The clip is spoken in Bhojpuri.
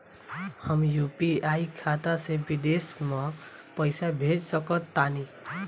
हम यू.पी.आई खाता से विदेश म पइसा भेज सक तानि?